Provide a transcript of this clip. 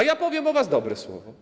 A ja powiem o was dobre słowo.